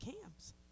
camps